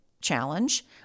challenge